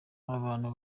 abantu